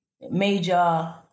major